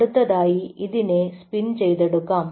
അടുത്തതായി ഇതിനെ സ്പിൻ ചെയ്തെടുക്കാം